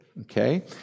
Okay